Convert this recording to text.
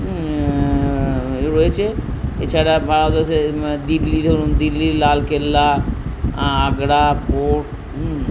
রয়েছে এছাড়া ভারতবর্ষের দিল্লি ধরুন দিল্লির লাল কেল্লা আগ্রা ফোর্ট